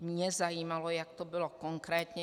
Mě zajímalo, jak to bylo konkrétně.